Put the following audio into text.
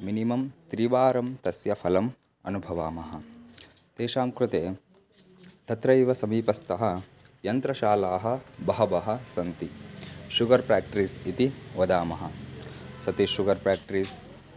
minimum त्रिवारं तस्य फलम् अनुभवामः तेषां कृते तत्रैव समीपस्थः यन्त्रशालाः बहवः सन्ति शुगर् प्याक्ट्रीस् इति वदामः सतीश् शुगर् पाक्ट्रीस्